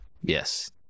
Yes